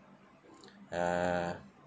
uh